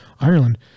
Ireland